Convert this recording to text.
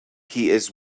his